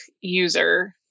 user